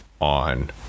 on